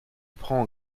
prends